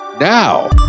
now